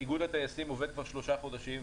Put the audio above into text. איגוד הטייסים עובד כבר שלושה חודשים,